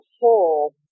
whole